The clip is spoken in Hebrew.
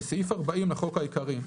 81. בסעיף 40 לחוק העיקרי,